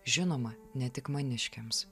žinoma ne tik maniškiams